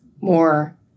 more